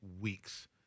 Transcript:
weeks